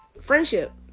friendship